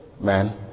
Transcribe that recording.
man